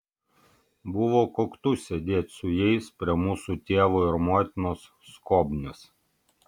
buvo koktu sėdėti su jais prie mūsų tėvo ir motinos skobnies